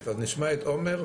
נשמע את עומר,